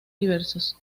diversos